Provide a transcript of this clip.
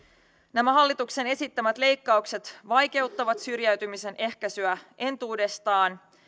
nämä hallituksen esittämät leikkaukset vaikeuttavat syrjäytymisen ehkäisyä entuudestaan